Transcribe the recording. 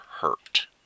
hurt